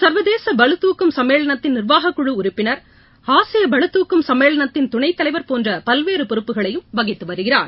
சர்வதேச பளுதூக்கும் சம்மேளனத்தின் நிர்வாகக் குழு உறுப்பினர் ஆசிய பளுதூக்கும் சம்மேளனத்தின் துணைத் தலைவர் போன்ற பல்வேறு பொறுப்புகளையும் வகித்து வருகிறார்